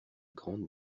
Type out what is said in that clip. grande